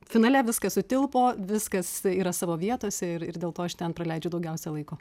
finale viskas sutilpo viskas yra savo vietose ir ir dėl to aš ten praleidžiu daugiausiai laiko